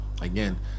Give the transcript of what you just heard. again